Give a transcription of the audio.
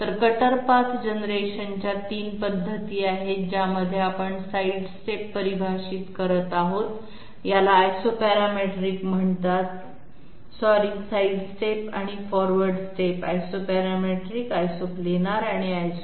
तर cutter path जनरेशनच्या 3 पद्धती आहेत ज्यामध्ये आपण साइड स्टेप परिभाषित करत आहोत याला आयसोपॅरेमेट्रिक म्हणतात सॉरी साइड स्टेप आणि फॉरवर्ड स्टेप Isoparametric Isoplanar आणि Isoscallop